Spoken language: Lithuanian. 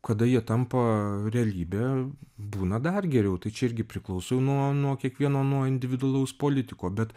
kada jie tampa realybe būna dar geriau tai čia irgi priklauso jau nuo nuo kiekvieno nuo individualaus politiko bet